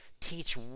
teach